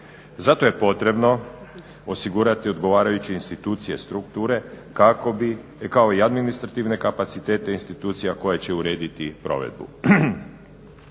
Zato je potrebno osigurati odgovarajuće institucije strukture kao i administrativne kapacitete institucija koje će urediti provedbu.